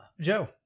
Joe